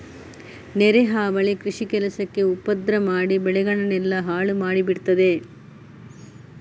ನೆರೆ ಹಾವಳಿ ಕೃಷಿ ಕೆಲಸಕ್ಕೆ ಉಪದ್ರ ಮಾಡಿ ಬೆಳೆಗಳನ್ನೆಲ್ಲ ಹಾಳು ಮಾಡಿ ಬಿಡ್ತದೆ